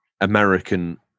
American